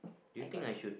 I got no